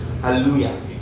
Hallelujah